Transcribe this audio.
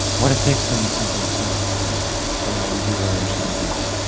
what it takes to make something smart and do really interesting things.